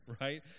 Right